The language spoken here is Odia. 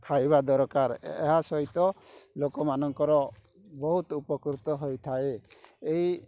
ଖାଇବା ଦରକାର ଏହା ସହିତ ଲୋକମାନଙ୍କର ବହୁତ ଉପକୃତ ହୋଇଥାଏ ଏହି